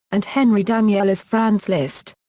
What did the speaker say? and henry daniell as franz liszt.